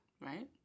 Right